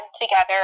together